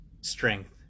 strength